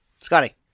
Scotty